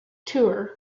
tour